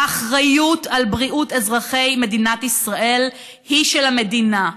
האחריות לבריאות אזרחי מדינת ישראל היא של המדינה,